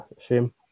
Shame